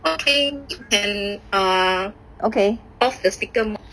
okay and err okay off the speaker mode